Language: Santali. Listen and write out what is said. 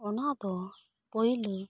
ᱚᱱᱟ ᱫᱚ ᱯᱳᱭᱞᱳ